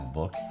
Book 》